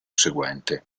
seguente